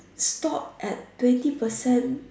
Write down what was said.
stop at twenty percent